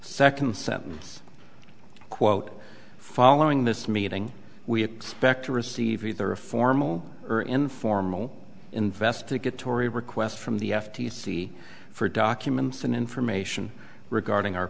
second sentence quote following this meeting we expect to receive either a formal or informal investigatory request from the f t c for documents and information regarding our